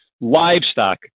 livestock